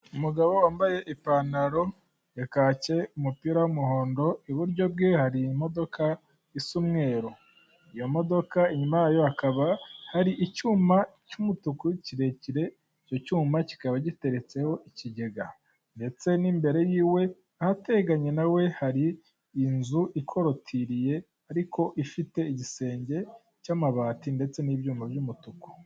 Umugabo wambaye ipantaro ya kacye, umupira w'umuhondo, iburyo bwe hari imodoka isa umweru, iyo modoka inyuma yayo ikaba hari icyuma cy'umutuku kirekire, icyo cyuma kikaba giteretseho ikigega ndetse n'imbere y'iwe ahateganye na we hari inzu ikorotiriye, ariko ifite igisenge cy'amabati ndetse n'ibyuma by'umutuku.